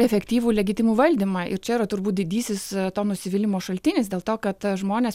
efektyvų legitimų valdymą ir čia yra turbūt didysis to nusivylimo šaltinis dėl to kad žmonės